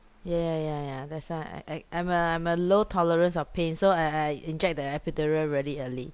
ya ya ya ya that's why I I I'm a I'm a low tolerance of pain so I I inject the epidural really early